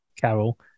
Carol